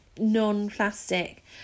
non-plastic